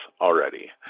already